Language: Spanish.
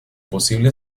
posible